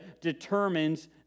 determines